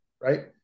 right